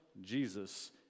Jesus